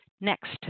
Next